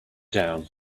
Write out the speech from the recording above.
down